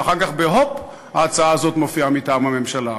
ואחר כך, הופ, ההצעה הזאת מופיעה מטעם הממשלה.